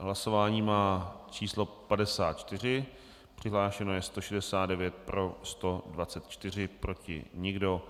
Hlasování má číslo 54, přihlášeno je 169, pro 124, proti nikdo.